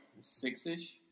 six-ish